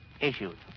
issued